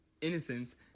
innocence